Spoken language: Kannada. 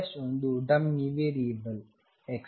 x ಒಂದು ಡಮ್ಮಿ ವೇರಿಯಬಲ್ x